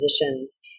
positions